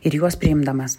ir juos priimdamas